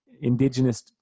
indigenous